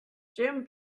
jim